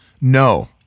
no